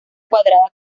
cuadrada